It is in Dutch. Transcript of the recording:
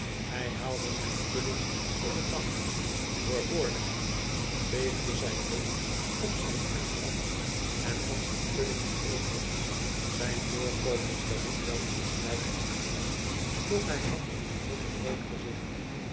hij haalde zijn pudding voor den dag doorboorde hem veegde zijn dolk op zijn arm af en at zijn pudding geheel op zijn voorkomen verried wel iets lijkachtigs doch hij had een bijzonder rood gezicht